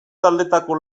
taldetako